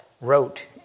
wrote